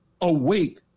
awake